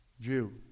Jew